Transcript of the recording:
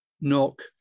Knock